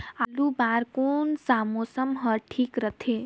आलू बार कौन सा मौसम ह ठीक रथे?